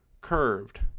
curved